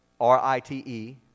R-I-T-E